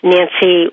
Nancy